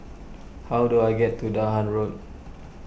how do I get to Dahan Road